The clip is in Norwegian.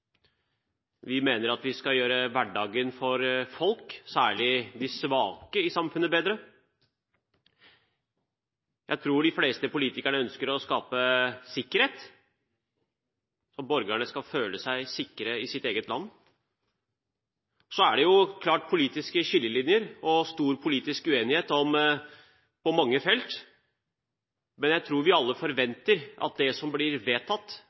vi mener at vi skal gjøre hverdagen for folk, særlig de svake i samfunnet, bedre. Jeg tror de fleste politikerne ønsker å skape sikkerhet – at borgerne skal føle seg sikre i sitt eget land. Det er så klart politiske skillelinjer og stor politisk uenighet på mange felt, men jeg tror vi alle forventer at det som blir vedtatt,